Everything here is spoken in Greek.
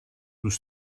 τους